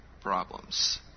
problems